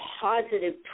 positive